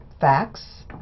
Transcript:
Facts